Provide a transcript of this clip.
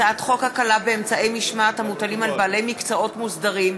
הצעת חוק הקלה באמצעי משמעת המוטלים על בעלי מקצועות מוסדרים,